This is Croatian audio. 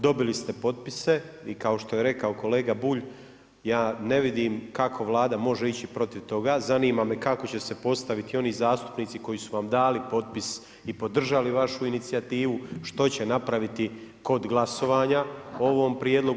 Dobili ste potpise i kao što je rekao kolega Bulj ja ne vidim kako Vlada može ići protiv toga, zanima me kako će se postaviti oni zastupnici koji su vam dali potpis i podržali vašu inicijativu što će napraviti kod glasovanja o ovom prijedlogu.